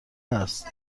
است